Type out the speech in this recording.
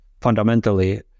fundamentally